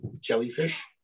jellyfish